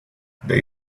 they